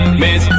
miss